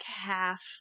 half